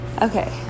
Okay